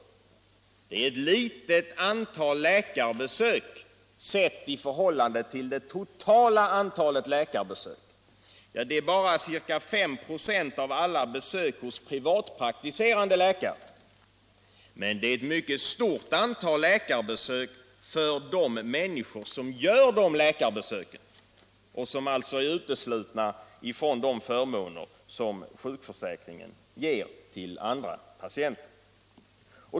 Det är ett litet antal läkarbesök sett i förhållande till det totala antalet läkarbesök, bara ca 5 96 av alla besök hos privatpraktiserande läkare. Men det är ett mycket stort antal läkarbesök för de människor som gör dessa besök och som alltså är uteslutna från de förmåner som sjukförsäkringen ger till andra patienter.